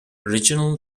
regional